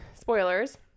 spoilers